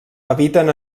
habiten